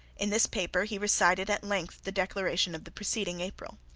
in this paper he recited at length the declaration of the preceding april.